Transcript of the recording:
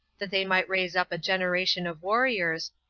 that they might raise up a generation of warriors,